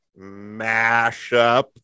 mashup